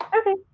Okay